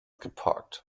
geparkt